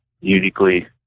uniquely